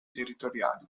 territoriali